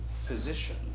physician